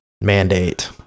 mandate